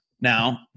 now